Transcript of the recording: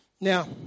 Now